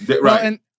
Right